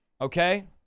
Okay